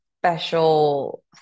special